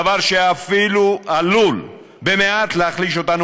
דבר שעלול להחליש אותנו,